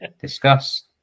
discuss